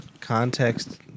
context-